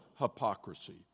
hypocrisy